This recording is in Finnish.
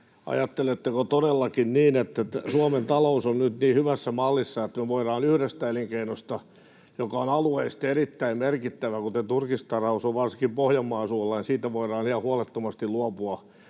ajatteletteko todellakin niin, että Suomen talous on nyt niin hyvässä mallissa, että me voidaan yhdestä elinkeinosta, joka on alueellisesti erittäin merkittävä, kuten turkistarhaus on varsinkin Pohjanmaan suunnalla, ihan huolettomasti luopua